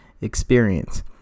Experience